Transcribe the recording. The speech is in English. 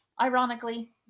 ironically